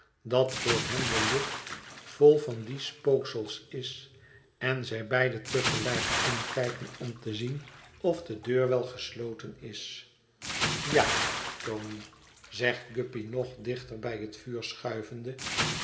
dat voor hen de lucht vol van die spooksels is en zij beide te gelijk omkijken om te zien of de deur wel gesloten is ja tony zegt guppy nog dichter bij het vuur schuivende